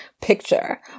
picture